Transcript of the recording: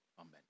Amen